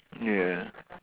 ya